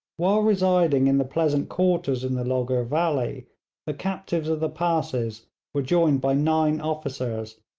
while residing in the pleasant quarters in the logur valley the captives of the passes were joined by nine officers,